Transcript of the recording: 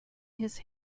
his